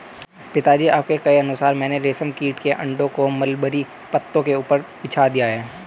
पिताजी आपके कहे अनुसार मैंने रेशम कीट के अंडों को मलबरी पत्तों के ऊपर बिछा दिया है